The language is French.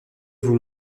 vous